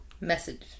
message